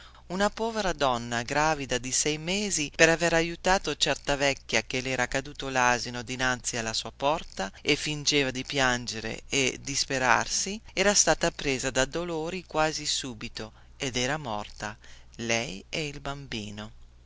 una povera donna gravida di sei mesi per aver aiutato certa vecchia che lera caduto l'asino dinanzi alla sua porta e fingeva di piangere e disperarsi era stata presa da dolori quasi subito ed era morta lei e il bambino